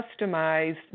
customized